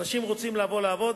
אנשים רוצים לבוא לעבוד,